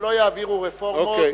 הם לא יעבירו רפורמות